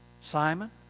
Simon